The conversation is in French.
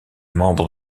membre